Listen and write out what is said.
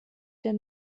der